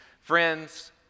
friends